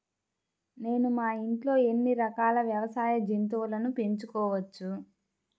నేను మా ఇంట్లో ఎన్ని రకాల వ్యవసాయ జంతువులను పెంచుకోవచ్చు?